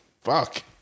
fuck